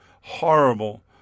horrible